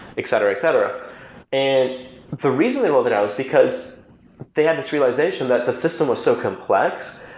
etc, etc and the reason they rolled it out is because they had this realization that the system was so complex,